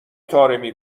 طارمی